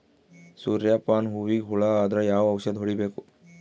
ಸೂರ್ಯ ಪಾನ ಹೂವಿಗೆ ಹುಳ ಆದ್ರ ಯಾವ ಔಷದ ಹೊಡಿಬೇಕು?